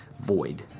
Void